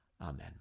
Amen